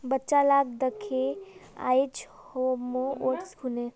बच्चा लाक दखे आइज हामो ओट्स खैनु